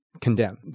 condemn